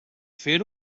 fer